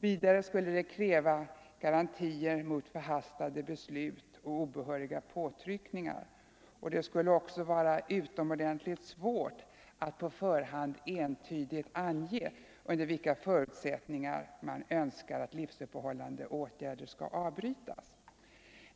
Vidare skulle det kräva garantier mot förhastade beslut och obehöriga påtryckningar. Det skulle också vara utomordentligt svårt att på förhand entydigt ange under vilka förutsättningar man önskar att livsuppehållande åtgärder skall avbrytas.